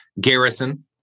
Garrison